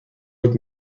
wird